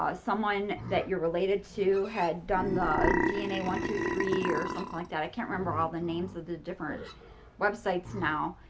ah someone that you're related to had done the dna one, two, three or something like that i can't remember all the names of the different websites now,